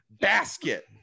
basket